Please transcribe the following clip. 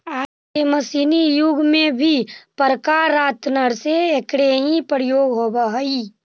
आज के मशीनी युग में भी प्रकारान्तर से एकरे ही प्रयोग होवऽ हई